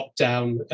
lockdown